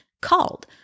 called